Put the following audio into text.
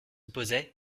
posait